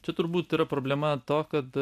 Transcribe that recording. čia turbūt yra problema to kad